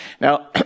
Now